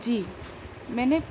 جی میں نے